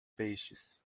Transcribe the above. peixes